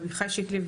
עמיחי שיקלי,